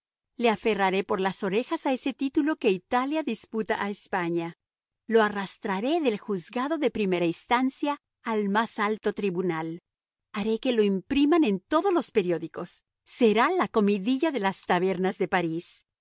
le aferraré por las orejas a ese título que italia disputa a españa lo arrastraré del juzgado de primera instancia al más alto tribunal haré que lo impriman en todos los periódicos será la comidilla de las tabernas de parís